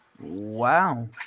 Wow